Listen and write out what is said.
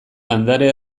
landare